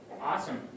Awesome